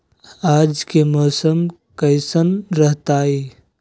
आज के मौसम कैसन रहताई?